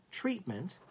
treatment